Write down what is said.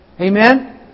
Amen